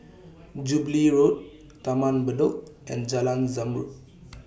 Jubilee Road Taman Bedok and Jalan Zamrud